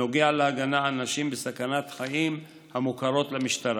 הנוגע להגנה על נשים בסכנת חיים המוכרות למשטרה.